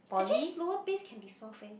actually slower pace can be solved eh